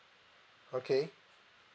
okay